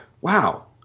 wow